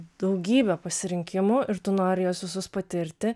daugybę pasirinkimų ir tu nori juos visus patirti